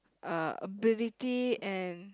uh ability and